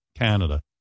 Canada